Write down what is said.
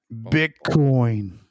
Bitcoin